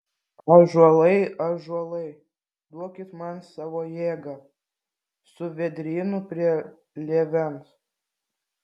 ąžuolai ąžuolai duokit man savo jėgą su vėdrynu prie lėvens